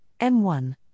M1